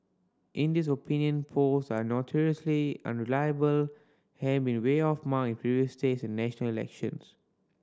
India's opinion polls are notoriously unreliable having been way off mark in previous state and national elections